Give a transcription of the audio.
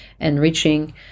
enriching